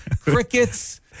Crickets